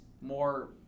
more